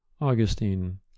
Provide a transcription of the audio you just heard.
Augustine